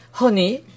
Honey